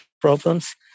problems